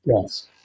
Yes